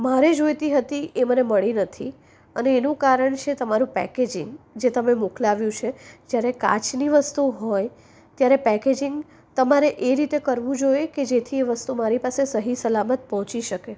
મારે જોઈતી હતી એ મને મળી નથી અને એનું કારણ છે તમારું પેકેજિંગ જે તમે મોકલાવ્યું છે જ્યારે કાચની વસ્તુ હોય ત્યારે પેકેજિંગ તમારે એ રીતે કરવું જોઈએ કે જેથી એ વસ્તુ મારી પાસે સહી સલામત પહોંચી શકે